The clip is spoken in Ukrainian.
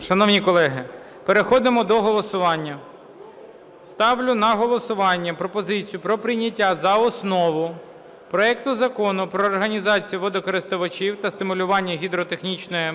Шановні колеги, переходимо до голосування. Ставлю на голосування пропозицію про прийняття за основу проекту Закону про організації водокористувачів та стимулювання гідротехнічної